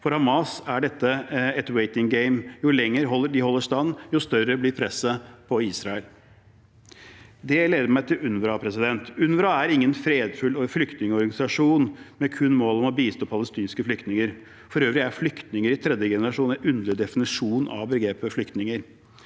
For Hamas er dette et «waiting game». Jo lenger de holder stand, jo større blir presset på Israel. Det leder meg til UNRWA. UNRWA er ingen fredfull flyktningorganisasjon kun med mål om å bistå palestinske flyktninger. For øvrig er flyktninger i tredje generasjon en underlig definisjon av begrepet flyktninger.